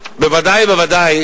בוודאי ובוודאי